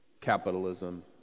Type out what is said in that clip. capitalism